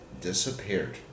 disappeared